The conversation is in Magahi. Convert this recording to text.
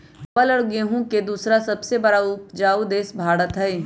चावल और गेहूं के दूसरा सबसे बड़ा उपजाऊ देश भारत हई